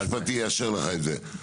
היועץ המשפטי יאשר לך את זה.